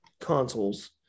consoles